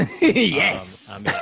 yes